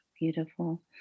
Beautiful